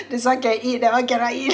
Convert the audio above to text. this one can eat that one cannot eat